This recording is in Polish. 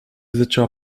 zaczęła